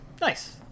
Nice